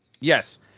Yes